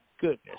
goodness